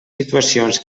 situacions